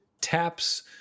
taps